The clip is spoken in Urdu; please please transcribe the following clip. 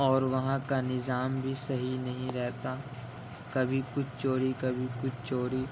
اور وہاں کا نظام بھی صحیح نہیں رہتا کبھی کچھ چوری کبھی کچھ چوری